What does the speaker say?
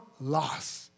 loss